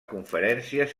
conferències